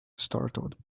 startled